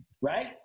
right